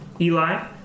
Eli